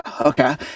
okay